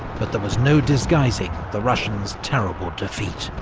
but there was no disguising the russians' terrible defeat.